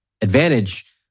advantage